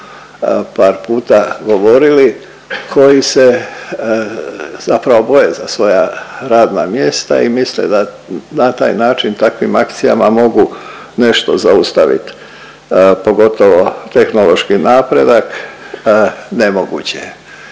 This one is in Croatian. par puta govorili koji se zapravo boje za svoja radna mjesta i misle da na taj način, takvim akcijama mogu nešto zaustaviti, pogotovo tehnološki napredak, nemoguće